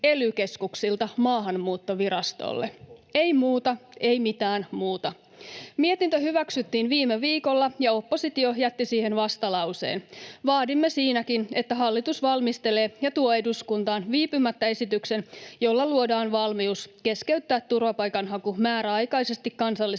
ely-keskuksilta Maahanmuuttovirastolle. Ei muuta. Ei mitään muuta. Mietintö hyväksyttiin viime viikolla, ja oppositio jätti siihen vastalauseen. Vaadimme siinäkin, että hallitus valmistelee ja tuo eduskuntaan viipymättä esityksen, jolla luodaan valmius keskeyttää turvapaikanhaku määräaikaisesti kansallisen